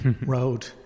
road